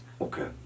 Okay